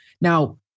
Now